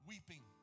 Weeping